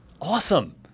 awesome